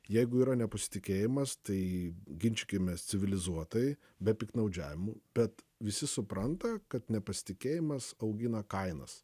jeigu yra nepasitikėjimas tai ginčykimės civilizuotai be piktnaudžiavimų bet visi supranta kad nepasitikėjimas augina kainas